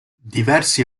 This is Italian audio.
diversi